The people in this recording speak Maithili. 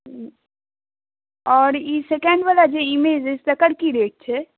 आओर ई सेकेण्डवला जे इमेज अछि तकर की रेट छै